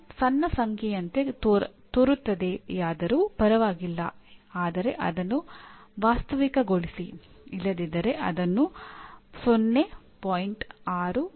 ಗುಣಮಟ್ಟ ಸಂಬಂಧಿತ ಪಠ್ಯಕ್ರಮಗಳ ಪರಿಚಯವಿರುವ ಅಧ್ಯಾಪಕರಿಗೆ ಇದರ ಬಗ್ಗೆ ಪರಿಚಯವಿರುತ್ತದೆ